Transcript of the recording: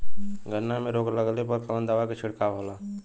गन्ना में रोग लगले पर कवन दवा के छिड़काव होला?